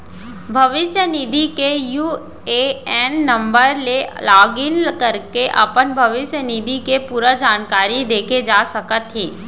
भविस्य निधि के यू.ए.एन नंबर ले लॉगिन करके अपन भविस्य निधि के पूरा जानकारी देखे जा सकत हे